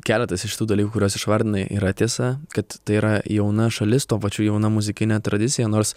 keletas iš tų dalykų kuriuos išvardinai yra tiesa kad tai yra jauna šalis tuo pačiu jauna muzikinė tradicija nors